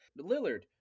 Lillard